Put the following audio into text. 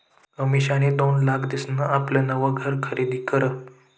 अमिषानी दोन लाख दिसन आपलं नवं घर खरीदी करं